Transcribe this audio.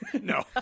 No